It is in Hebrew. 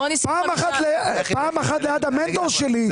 פעם אחת ליד המנטור שלי.